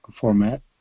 format